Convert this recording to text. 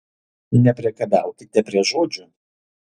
nepriekabiaukite prie žodžių